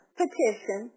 petition